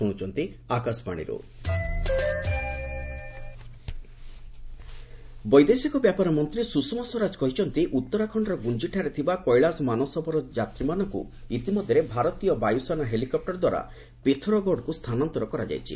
ସୁଷମା ମାନସରୋବର ବୈଦେଶିକ ବ୍ୟାପାର ମନ୍ତ୍ରୀ ସୁଷମା ସ୍ୱରାଜ କହିଛନ୍ତି ଉତ୍ତରାଖଣ୍ଡର ଗୁଞ୍ଜିଠାରେ ଥିବା କେଳାସ ମାନସରୋବର ଯାତ୍ରୀମାନଙ୍କୁ ଇତିମଧ୍ୟରେ ଭାରତୀୟ ବାୟୁସେନା ହେଲିକପୂର ଦ୍ୱାରା ପିଥୋରଗଡ଼କୁ ସ୍ଥାନାନ୍ତର କରାଯାଇଛି